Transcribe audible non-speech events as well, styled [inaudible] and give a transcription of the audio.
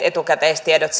[unintelligible] etukäteistiedot [unintelligible]